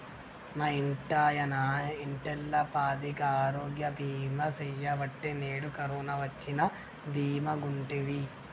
మా ఇంటాయన ఇంటిల్లపాదికి ఆరోగ్య బీమా సెయ్యబట్టే నేడు కరోన వచ్చినా దీమాగుంటిమి